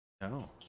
No